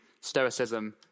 Stoicism